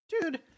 Dude